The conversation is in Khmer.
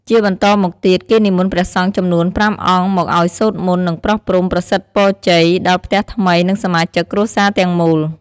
ជាបន្តមកទៀត គេនិមន្តព្រះសង្ឃចំនួនប្រាំអង្គឲ្យមកសូត្រមន្តនឹងប្រោះព្រំប្រសិទ្ធពរជ័យដល់ផ្ទះថ្មី និងសមាជិកគ្រួសារទាំងមូល។